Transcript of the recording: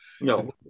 no